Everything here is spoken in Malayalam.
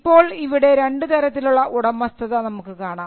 ഇപ്പോൾ ഇവിടെ രണ്ടു തരത്തിലുള്ള ഉടമസ്ഥത നമുക്ക് കാണാം